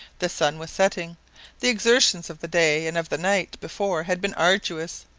the sun was setting the exertions of the day and of the night before had been arduous,